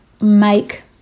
make